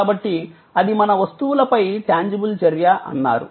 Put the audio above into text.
కాబట్టి అది మన వస్తువులపై టాంజిబుల్ చర్య అన్నారు